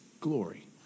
glory